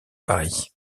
paris